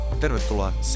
Tervetuloa